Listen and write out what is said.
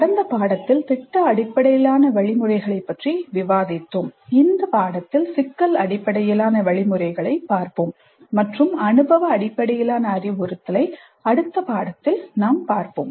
கடந்த பாடத்தில் திட்ட அடிப்படையிலான வழிமுறைகளைப் பற்றி விவாதித்தோம் இந்த பாடத்தில் சிக்கல் அடிப்படையிலான வழிமுறைகளைப் பார்ப்போம் மற்றும் அனுபவ அடிப்படையிலான அறிவுறுத்தல் அடுத்த பாடத்தில் பார்ப்போம்